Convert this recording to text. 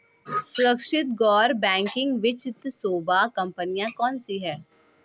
सुरक्षित गैर बैंकिंग वित्त सेवा कंपनियां कौनसी हैं?